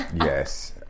Yes